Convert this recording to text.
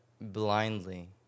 blindly